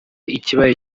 ikibaye